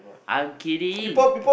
I'm kidding